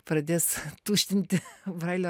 pradės tuštinti brailio